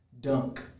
dunk